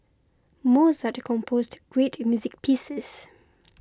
Mozart composed great music pieces